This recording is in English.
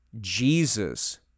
Jesus